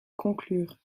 conclure